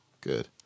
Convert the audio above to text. Good